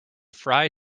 fry